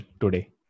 today